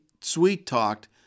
sweet-talked